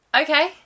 Okay